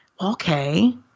okay